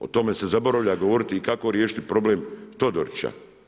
O tome se zaboravlja govoriti i kako riješiti problem Todorića.